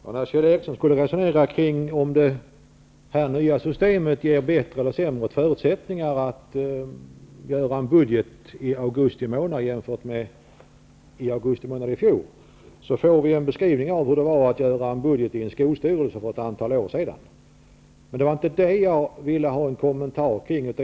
Herr talman! När Kjell Ericsson skall resonera kring om det nya systemet ger bättre eller sämre förutsättningar att göra en budget i augusti månad i år jämfört med augusti månad i fjol, får man en beskrivning av hur det var att göra en budget i en skolstyrelse för ett antal år sedan. Det var dock inte detta jag ville ha en kommentar kring.